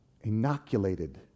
inoculated